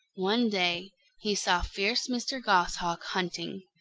one day he saw fierce mr. goshawk hunting.